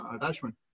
attachment